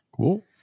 Cool